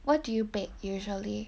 what do you bake usually